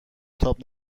تاب